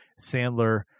Sandler